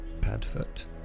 padfoot